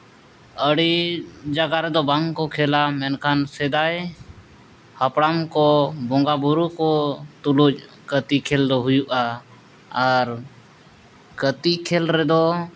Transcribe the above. ᱟᱹᱰᱤ ᱡᱟᱭᱜᱟ ᱨᱮᱫᱚ ᱵᱟᱝ ᱠᱚ ᱠᱷᱮᱞᱟ ᱢᱮᱱᱠᱷᱟᱱ ᱥᱮᱫᱟᱭ ᱦᱟᱯᱲᱟᱢ ᱠᱚ ᱵᱚᱸᱜᱟᱼᱵᱩᱨᱩ ᱠᱚ ᱛᱩᱞᱩᱡ ᱠᱟᱹᱛᱤ ᱠᱷᱮᱞ ᱫᱚ ᱦᱩᱭᱩᱜᱼᱟ ᱟᱨ ᱠᱟᱹᱛᱤ ᱠᱷᱮᱞ ᱨᱮᱫᱚ